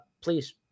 please